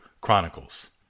Chronicles